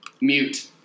mute